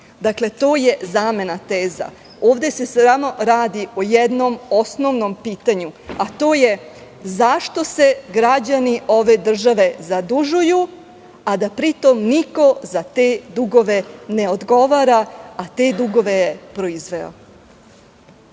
ne? To je zamena teza. Ovde se samo radi o jednom osnovnom pitanju, a to je – zašto se građani ovde države zadužuju a da niko za te dugove ne odgovara, a te dugove je proizveo?